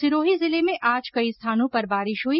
सिरोही जिले में आज कई स्थानों पर बारिश हुई